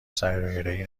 سیارهای